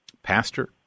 pastor